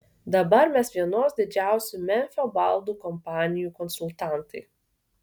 dabar mes vienos didžiausių memfio baldų kompanijų konsultantai